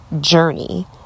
journey